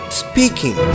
speaking